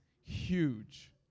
huge